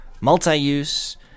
multi-use